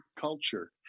culture